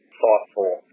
thoughtful